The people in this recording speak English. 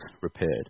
repaired